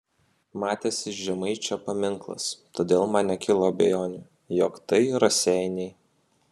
matėsi žemaičio paminklas todėl man nekilo abejonių jog tai raseiniai